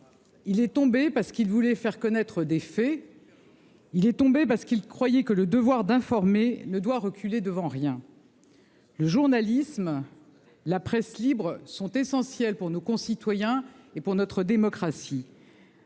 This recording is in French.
Il est tombé parce qu'il voulait faire connaître des faits. Il est tombé parce qu'il croyait que le devoir d'informer ne doit reculer devant rien. Le journalisme, la presse libre sont essentiels pour nos concitoyens et notre démocratie.